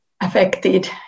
affected